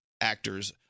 actors